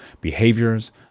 behaviors